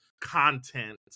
content